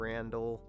Randall